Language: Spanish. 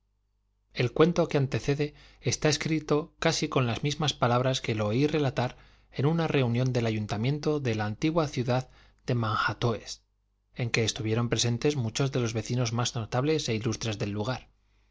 el cuento que antecede está escrito casi con las mismas palabras que lo oí relatar en una reunión del ayuntamiento de la antigua ciudad de manháttoes en que estuvieron presentes muchos de los vecinos más notables e ilustres del lugar